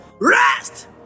rest